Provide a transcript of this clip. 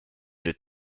der